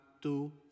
two